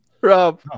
Rob